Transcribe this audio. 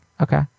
Okay